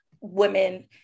women